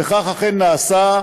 וכך אכן נעשה,